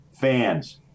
fans